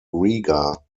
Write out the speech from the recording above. riga